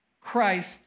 Christ